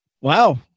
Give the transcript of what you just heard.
wow